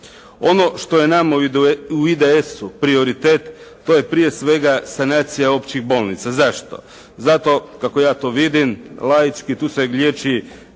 Ono što je nama u IDS-u prioritet, to je prije svega sanacija općih bolnica. Zašto? Zato, kako ja to vidim laički, to se liječi